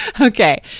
Okay